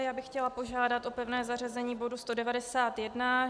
Já bych chtěla požádat o pevné zařazení bodu 191.